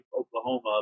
Oklahoma